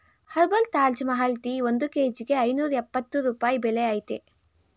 herbal Taj Mahal tea ಒಂದ್ ಕೇಜಿಗೆ ಐನೂರ್ಯಪ್ಪತ್ತು ರೂಪಾಯಿ ಬೆಲೆ ಅಯ್ತೇ